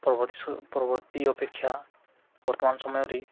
ପରବର୍ତ୍ତୀ ପରର୍ବର୍ତ୍ତୀ ଅପେକ୍ଷା ବର୍ତ୍ତମାନ ସମୟରେ